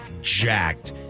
jacked